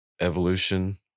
evolution